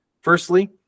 Firstly